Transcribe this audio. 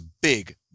big